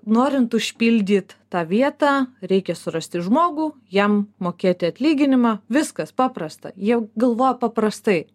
norint užpildyt tą vietą reikia surasti žmogų jam mokėti atlyginimą viskas paprasta jie galvoja paprastai